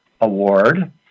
Award